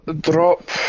drop